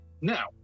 Now